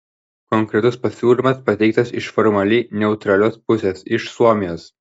konkretus pasiūlymas pateiktas iš formaliai neutralios pusės iš suomijos